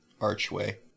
archway